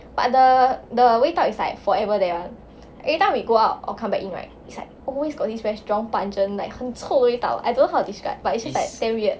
but the the wake up it's like forever there ah every time we go out or come back in right it's like always got this very strong pungent like 很臭味道 I don't know how to describe but it's just like damn weird